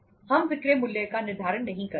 हम विक्रय मूल्य का निर्धारण नहीं करते हैं